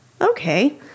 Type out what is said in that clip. okay